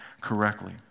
correctly